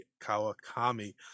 Kawakami